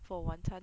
for 晚餐